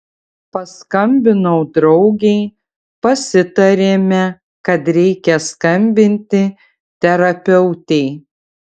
paskambinau draugei pasitarėme kad reikia skambinti terapeutei